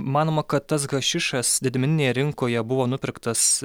manoma kad tas hašišas didmeninėje rinkoje buvo nupirktas